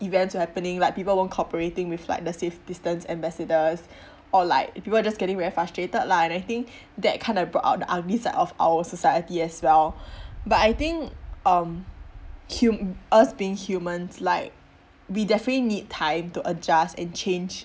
events happening like people weren't cooperating with like the safe distance ambassadors or like people just getting very frustrated lah and I think that kinda brought out the ugly side of society as well but I think um hu~ us being humans like we definitely need time to adjust and change